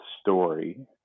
story